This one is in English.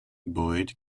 boyd